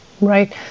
right